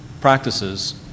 practices